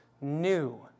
new